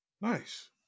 Nice